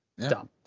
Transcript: dumb